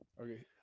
okay